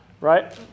right